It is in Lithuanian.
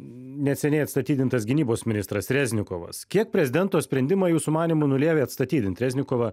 neseniai atstatydintas gynybos ministras reznikovas kiek prezidento sprendimą jūsų manymu nulėmė atstatydint reznikovą